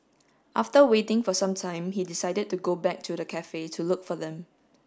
after waiting for some time he decided to go back to the cafe to look for them